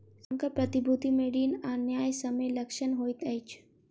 संकर प्रतिभूति मे ऋण आ न्यायसम्य लक्षण होइत अछि